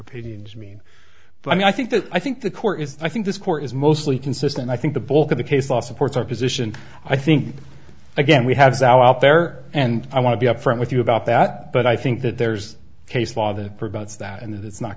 opinions mean but i mean i think that i think the core is i think this court is mostly consistent i think the bulk of the case law supports our position i think again we have sour up there and i want to be upfront with you about that but i think that there's case law that prevents that and that it's not